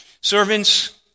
Servants